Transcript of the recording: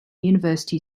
university